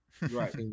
Right